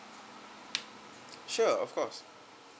sure of course